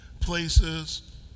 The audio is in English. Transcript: places